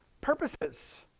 purposes